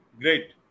Great